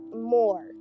more